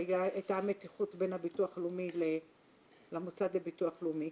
שהייתה מתיחות בין הביטוח הלאומי למוסד לביטוח לאומי,